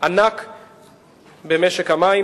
במשק המים.